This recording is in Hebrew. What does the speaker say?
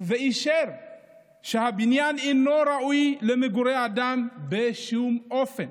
ואישר שהבניין אינו ראוי למגורי אדם בשום אופן.